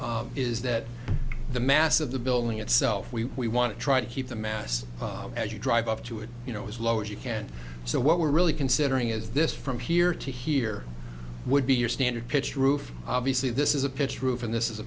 of is that the mass of the building itself we we want to try to keep the mass as you drive up to it you know as low as you can so what we're really considering is this from here to here would be your standard pitched roof obviously this is a pitched roof and this is a